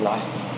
life